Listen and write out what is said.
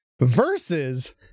Versus